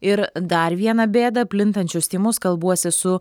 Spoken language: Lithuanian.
ir dar vieną bėdą plintančius tymus kalbuosi su